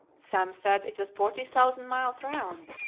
some said it was forty thousand miles round,